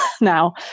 now